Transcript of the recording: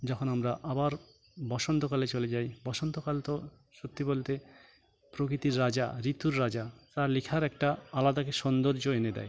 যখন আমরা আবার বসন্তকালে চলে যাই বসন্তকাল তো সত্যি বলতে প্রকৃতির রাজা ঋতুর রাজা তার লেখার একটা আলাদাই সৌন্দর্য এনে দেয়